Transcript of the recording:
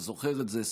אתה זוכר את זה,